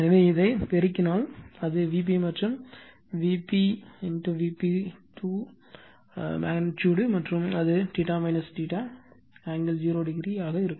எனவே இதைப் பெருக்கினால் அது Vp மற்றும் VpVp 2 அளவு மற்றும் அது ஆங்கிள் 0 ஆக இருக்கும்